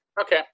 Okay